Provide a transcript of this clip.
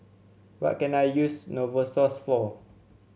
what can I use Novosource for